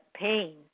pain